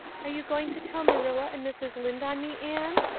are you going to tell marilla and mrs. lynde on me, anne?